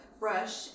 Brush